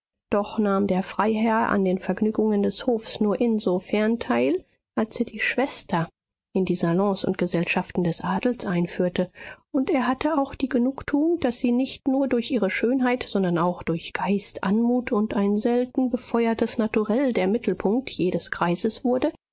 doch nahm der freiherr an den vergnügungen des hofes nur insofern teil als er die schwester in die salons und gesellschaften des adels einführte und er hatte auch die genugtuung daß sie nicht nur durch ihre schönheit sondern auch durch geist anmut und ein selten befeuertes naturell der mittelpunkt jedes kreises wurde